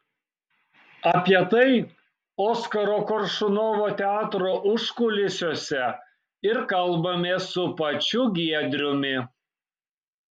apie tai oskaro koršunovo teatro užkulisiuose ir kalbamės su pačiu giedriumi